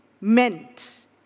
meant